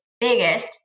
biggest